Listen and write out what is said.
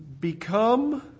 become